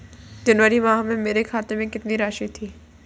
जनवरी माह में मेरे खाते में कितनी राशि थी?